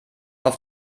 auf